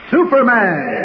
Superman